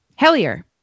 Hellier